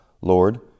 Lord